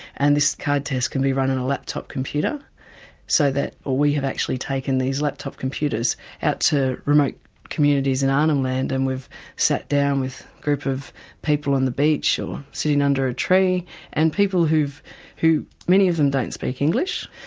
and this card test can be ran on a lap top computer so that well we have actually taken these lap top computers out to remote communities in arnhem land. and we've sat down with a group of people on the beach, or sitting under a tree and people who, many of them don't speak english,